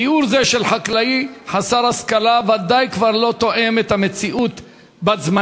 תיאור זה של חקלאי חסר השכלה ודאי כבר לא תואם את המציאות בת-זמננו.